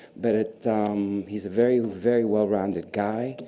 but ah um he's a very, very well-rounded guy.